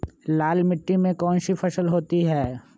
लाल मिट्टी में कौन सी फसल होती हैं?